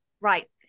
Right